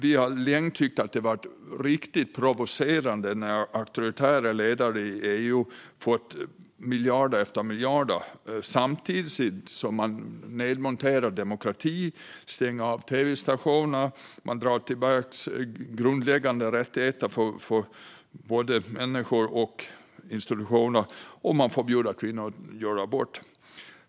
Vi har länge tyckt att det varit riktigt provocerande när auktoritära ledare i EU fått miljarder efter miljarder samtidigt som de nedmonterar demokrati, stänger tv-stationer, drar tillbaka grundläggande rättigheter för både människor och institutioner och förbjuder kvinnor att göra abort.